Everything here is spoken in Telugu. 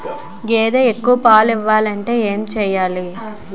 గేదె ఎక్కువ పాలు ఇవ్వాలంటే ఏంటి చెయాలి?